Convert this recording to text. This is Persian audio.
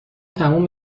تموم